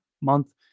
month